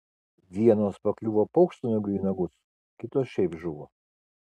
vienos pakliuvo paukštvanagiui į nagus kitos šiaip žuvo